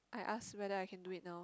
I ask whether I can do it now